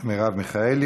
מרב מיכאלי.